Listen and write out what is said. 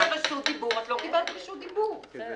לא נתתי לך לדבר, יקירה.